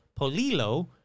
Polillo